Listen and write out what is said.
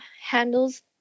handles